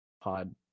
Pod